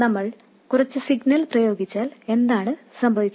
നമ്മൾ കുറച്ച് സിഗ്നൽ പ്രയോഗിച്ചാൽ എന്ത് സംഭവിക്കും